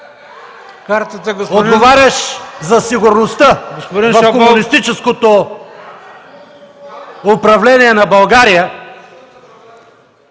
отговарящ за сигурността на комунистическото управление на България…